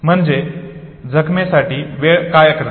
म्हणजे जखमेसाठी वेळ काय करते